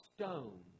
stone